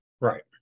right